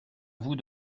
vous